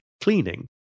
cleaning